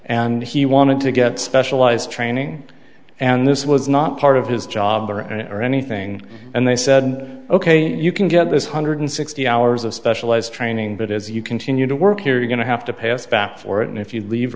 and he wanted to get specialized training and this was not part of his job or anything and they said ok you can get this hundred sixty hours of specialized training but as you continue to work here you're going to have to pay us back for it and if you leave